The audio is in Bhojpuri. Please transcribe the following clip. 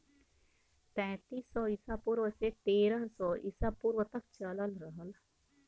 तैंतीस सौ ईसा पूर्व से तेरह सौ ईसा पूर्व तक चलल रहल